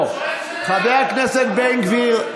חבר הכנסת בן גביר,